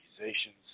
accusations